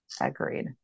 Agreed